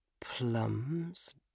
Plums